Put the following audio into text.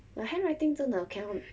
the handwriting 真的 cannot